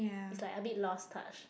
it's like a bit lost touch